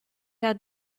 had